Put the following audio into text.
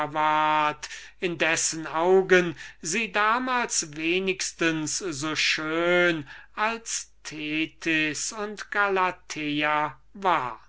in dessen augen sie damals wenigstens so schön als thetis und galathea war